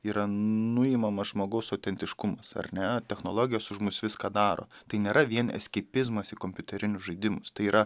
yra nuimamas žmogaus autentiškumas ar ne technologijos už mus viską daro tai nėra vien eskeipizmas į kompiuterinius žaidimus tai yra